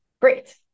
Great